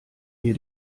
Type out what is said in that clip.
mir